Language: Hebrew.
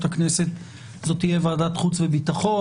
הכנסת זאת תהיה ועדת חוץ וביטחון.